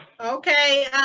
Okay